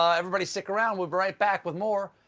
um everybody stick around. we'll be right back with more.